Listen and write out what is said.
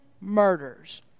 murders